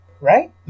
right